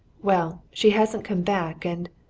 well, she hasn't come back, and